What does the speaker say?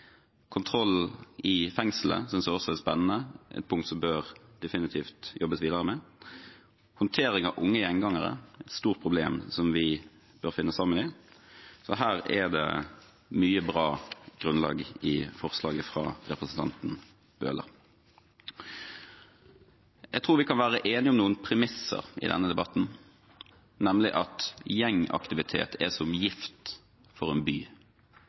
synes jeg også er spennende – et punkt som definitivt bør jobbes videre med, håndtering av unge gjengangere – et stort problem som vi bør finne sammen i løsningen av. Så det er mye bra i forslaget fra bl.a. representanten Bøhler. Jeg tror vi kan være enige om noen premisser i denne debatten, nemlig at gjengaktivitet er som gift for en by.